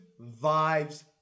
vibes